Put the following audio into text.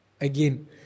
again